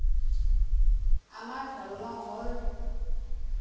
আমাৰ ধৰ্ম হ'ল